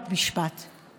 חברת הכנסת מיקי חיימוביץ'.